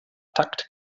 takt